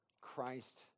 Christ